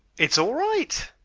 it's all right.